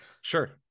sure